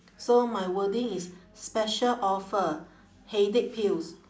so my wording is special offer headache pills